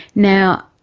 now,